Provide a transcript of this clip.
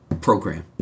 program